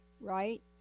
right